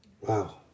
Wow